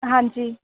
ਹਾਂਜੀ